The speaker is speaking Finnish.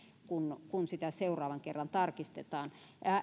kun kun sitä seuraavan kerran tarkistetaan